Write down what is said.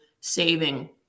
saving